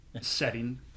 setting